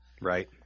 Right